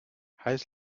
heiß